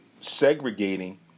segregating